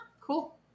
Cool